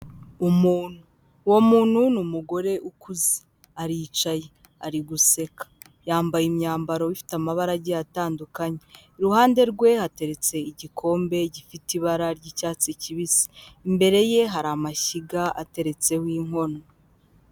Umuntu, uwo muntu ni umugore ukuze, aricaye, ari guseka, yambaye imyambaro ifite amabara agiye atandukanye, iruhande rwe hateretse igikombe gifite ibara ry'icyatsi kibisi, imbere ye hari amashyiga ateretseho inkono.